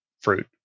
fruit